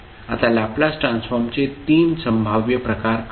आता लॅपलास ट्रान्सफॉर्मचे तीन संभाव्य प्रकार आहेत